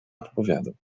odpowiadał